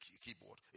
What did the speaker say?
keyboard